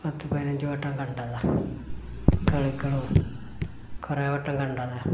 പത്തു പതിനഞ്ച് വട്ടം കണ്ടതാണ് കളിക്കളം കുറേ വട്ടം കണ്ടതാണ്